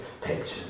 pictures